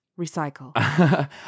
recycle